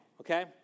okay